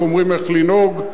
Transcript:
אנחנו אומרים איך לנהוג,